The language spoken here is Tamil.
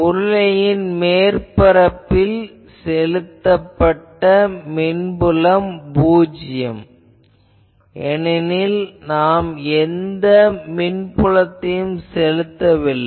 உருளையின் மேற்பரப்பில் செலுத்தப்பட்ட மின்புலம் பூஜ்யம் ஏனெனில் நாம் எந்த மின்புலத்தையும் செலுத்தவில்லை